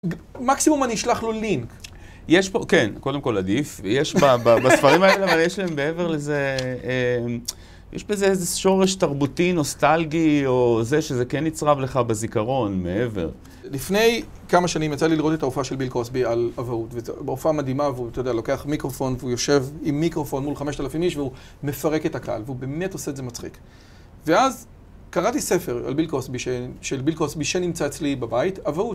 מקסימום אני אשלח לו לינק. יש פה, כן, קודם כל עדיף. יש בספרים האלה, אבל יש להם מעבר לזה, יש בזה איזה שורש תרבותי נוסטלגי או זה שזה כן נצרב לך בזיכרון, מעבר. לפני כמה שנים, יצא לי לראות את הופעה של ביל קוסבי על אבהות, וזה הופעה מדהימה והוא, אתה יודע, לוקח מיקרופון, והוא יושב עם מיקרופון מול 5000 איש, והוא מפרק את הקהל, והוא באמת עושה את זה מצחיק. ואז, קראתי ספר על ביל קוסבי, של ביל קוסבי, שנמצא אצלי בבית, "אבהות"